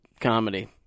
comedy